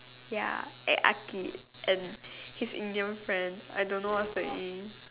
ya and arch and his Indian friend I don't know what's the name